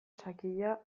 sakila